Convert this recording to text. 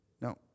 no